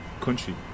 country